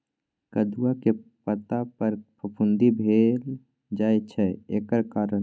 कदुआ के पता पर फफुंदी भेल जाय छै एकर कारण?